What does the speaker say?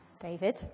David